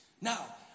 Now